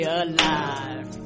alive